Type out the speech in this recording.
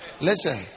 listen